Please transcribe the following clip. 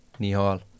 Nihal